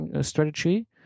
strategy